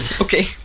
Okay